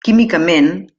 químicament